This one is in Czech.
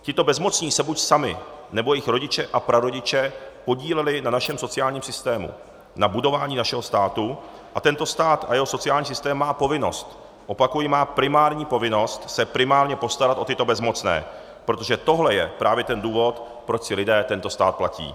Tito bezmocní se buď sami, nebo jejich rodiče a prarodiče podíleli na našem sociálním systému, na budování našeho státu a tento stát a jeho sociální systém má povinnost opakuji, má primární povinnost se primárně postarat o tyto bezmocné, protože tohle je právě ten důvod, proč si lidé tento stát platí.